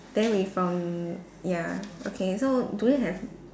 then we from ya okay so do you have